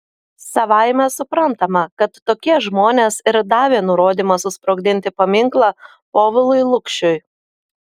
savaime suprantama kad tokie žmonės ir davė nurodymą susprogdinti paminklą povilui lukšiui